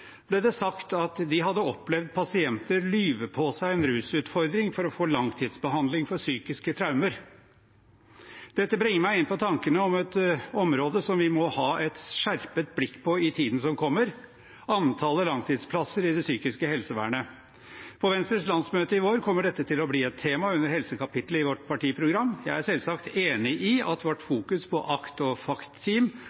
ble det sagt at de hadde opplevd pasienter lyve på seg en rusutfordring for å få langtidsbehandling for psykiske traumer. Dette bringer meg inn på tanken om et område som vi må ha et skjerpet blikk på i tiden som kommer – antallet langtidsplasser i det psykiske helsevernet. På Venstres landsmøte i vår kommer dette til å bli et tema under helsekapitlet i vårt partiprogram. Jeg er selvsagt enig i at